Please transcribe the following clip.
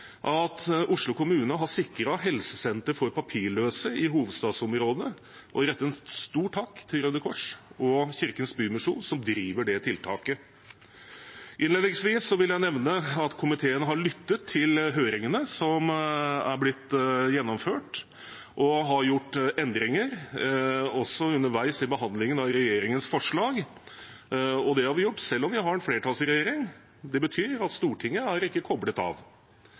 at Oslo kommune har sikret Helsesenter for papirløse i hovedstadsområdet, og jeg vil rette en stor takk til Røde Kors og Kirkens Bymisjon, som driver det tiltaket. Innledningsvis vil jeg nevne at komiteen har lyttet til høringene som er gjennomført, og har gjort endringer også underveis i behandlingen av regjeringens forslag. Det har vi gjort selv om vi har en flertallsregjering. Det betyr at Stortinget ikke er koblet av.